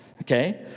Okay